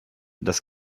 das